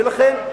ולכן,